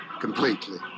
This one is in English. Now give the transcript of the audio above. completely